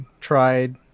tried